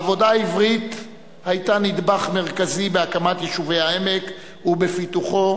העבודה העברית היתה נדבך מרכזי בהקמת יישובי העמק ובפיתוחו,